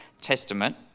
Testament